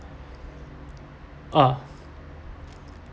ah